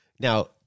Now